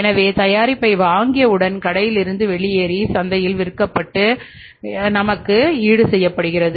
எனவே தயாரிப்பை வாங்கியவுடன்கடையிலிருந்து வெளியேறி சந்தையில் விற்கப்பட்டு என்று நமக்கு ஈடுசெய்யப்படுகிறது